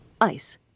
ice